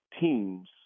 teams